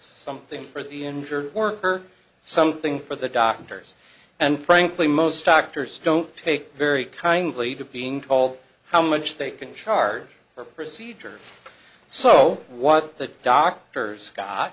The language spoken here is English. something for the injured worker something for the doctors and frankly most doctors don't take very kindly to being told how much they can charge per procedure so what th